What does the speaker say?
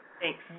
Thanks